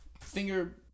finger